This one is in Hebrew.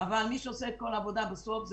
יהיו ענפים שתהיה להם התאוששות מהירה,